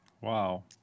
Wow